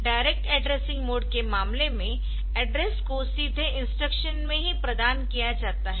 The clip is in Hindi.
डायरेक्ट एड्रेसिंग के मामले में एड्रेस को सीधे इंस्ट्रक्शन में ही प्रदान किया जाता है